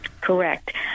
Correct